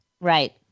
Right